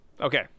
Okay